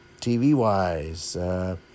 TV-wise